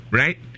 right